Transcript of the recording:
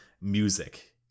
music